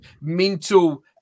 mental